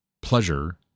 pleasure